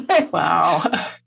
Wow